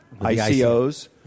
ICOs